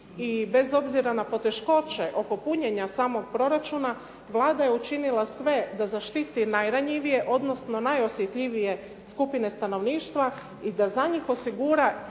i bez obzira na poteškoće oko punjenja samog proračuna, Vlada je učinila sve da zaštiti najranjivije, odnosno najosjetljivije skupine stanovništva i da za njih osigura